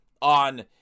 on